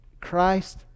Christ